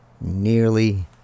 nearly